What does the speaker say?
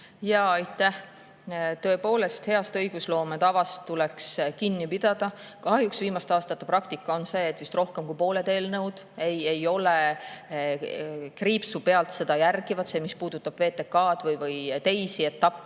Aitäh! Tõepoolest, heast õigusloome tavast tuleks kinni pidada. Kahjuks on viimaste aastate praktika olnud see, et vist rohkem kui pooled eelnõud ei ole kriipsu pealt järginud seda, mis puudutab VTK‑d või teisi etappe